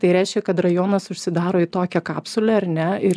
tai reiškia kad rajonas užsidaro į tokią kapsulę ar ne ir